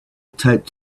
taped